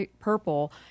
purple